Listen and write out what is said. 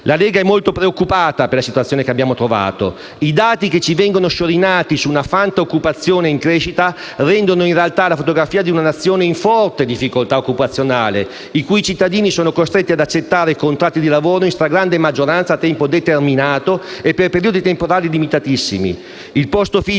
La Lega è molto preoccupata per la situazione che ha trovato. I dati che ci vengono sciorinati su una fanta-occupazione in crescita rendono in realtà la fotografia di una Nazione in forte difficoltà occupazionale, i cui cittadini sono costretti ad accettare contratti di lavoro in stragrande maggioranza a tempo determinato e per periodi temporali limitatissimi. II posto fisso